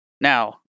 Now